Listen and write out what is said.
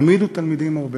העמידו תלמידים הרבה